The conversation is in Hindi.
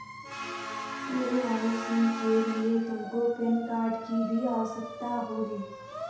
के.वाई.सी के लिए तुमको पैन कार्ड की भी आवश्यकता होगी